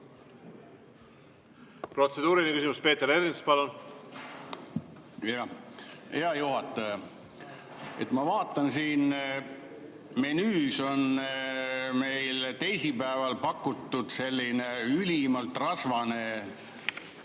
Protseduuriline küsimus, Peeter Ernits, palun! Hea juhataja! Ma vaatan, siin menüüs on meil teisipäeval pakutud selline ülimalt rasvane